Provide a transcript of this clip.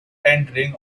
entering